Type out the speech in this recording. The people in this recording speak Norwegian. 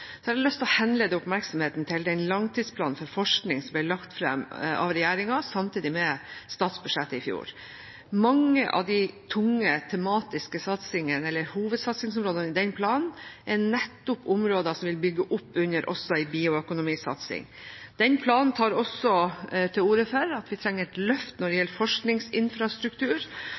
Så har jeg lyst til å henlede oppmerksomheten på den langtidsplanen for forskning som ble lagt fram av regjeringen samtidig med statsbudsjettet i fjor. Mange av de tunge, tematiske satsingene – eller hovedsatsingsområdene – i den planen er nettopp områder som vil bygge opp under også en bioøkonomisatsing. Den planen tar også til orde for at vi trenger et løft når det